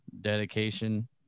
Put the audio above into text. dedication